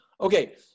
okay